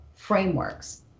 frameworks